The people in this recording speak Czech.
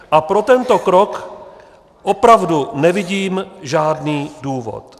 A pro tento krok opravdu nevidím žádný důvod.